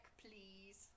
please